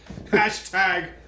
Hashtag